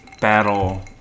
battle